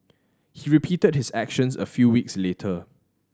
he repeated his actions a few weeks later